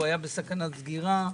והוא היה בסכנת סגירה,